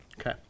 Okay